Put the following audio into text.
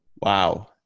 Wow